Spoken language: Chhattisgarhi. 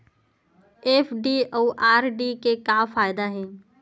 एफ.डी अउ आर.डी के का फायदा हे?